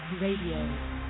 Radio